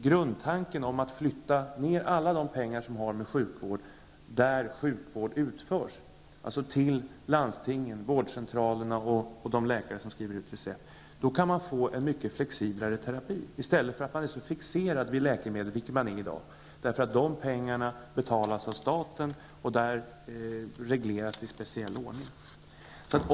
Grundtanken bör vara att flytta över alla pengar som har med sjukvård att göra dit som sjukvården utförs -- till landstingen, vårdcentralerna och de läkare som skriver ut recept. Därigenom kan man få en mycket flexiblare terapi. I dag är man fixerad vid läkemedel, eftersom dessa betalas med statliga pengar och regleras i speciell ordning.